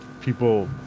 people